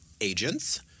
agents